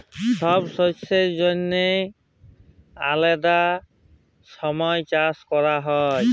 ছব শস্যের জ্যনহে আলেদা ছময় চাষ ক্যরা হ্যয়